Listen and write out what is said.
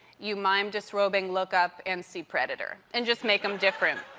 you mime disrobing, look up, and see preddor, and just make them different.